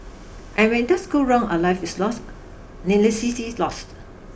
and when it does go wrong a life is lost needlessly lost